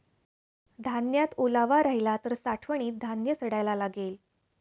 धान्यात ओलावा राहिला तर साठवणीत धान्य सडायला लागेल